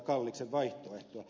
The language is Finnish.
kalliksen vaihtoehtoa